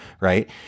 right